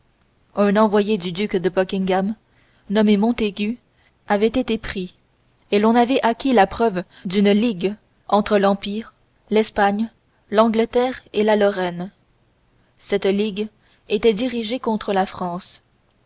un envoyé du duc de buckingham nommé montaigu avait été pris et l'on avait acquis la preuve d'une ligue entre l'empire l'espagne l'angleterre et la lorraine cette ligue était dirigée contre la france